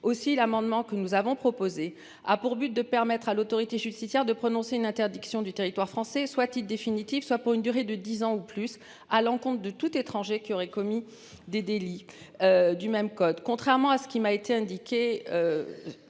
aussi l'amendement que nous avons proposé a pour but de permettre à l'autorité judiciaire de prononcer une interdiction du territoire français soit définitif, soit pour une durée de 10 ans ou plus à l'encontre de tout étranger qui aurait commis des délits. Du même code contrairement à ce qui m'a été indiqué.